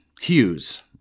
Hughes